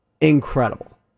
incredible